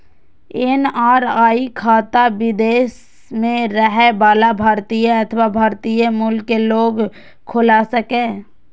NRI खाता विदेश मे रहै बला भारतीय अथवा भारतीय मूल के लोग खोला सकैए